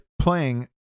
playing